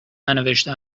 ننوشته